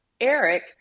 Eric